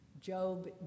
Job